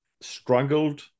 struggled